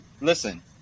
listen